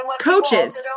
coaches